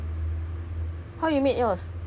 uh in terms of